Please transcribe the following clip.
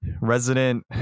resident